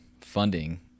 funding